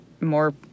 more